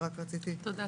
תודה.